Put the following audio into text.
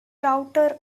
router